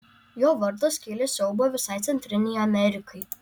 jo vardas kėlė siaubą visai centrinei amerikai